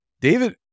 David